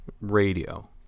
radio